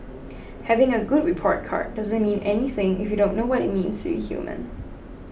having a good report card doesn't mean anything if you don't know what it means to human